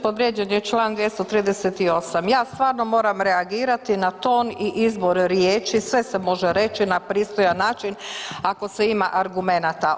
Povrijeđen je Član 238. ja stvarno moram reagirati na ton i izbor riječi, sve se može reći na pristojan način ako se ima argumenata.